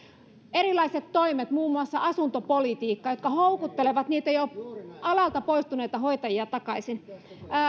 erilaiset toimet muun muassa asuntopolitiikka jotka houkuttelevat niitä jo alalta poistuneita hoitajia takaisin